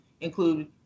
include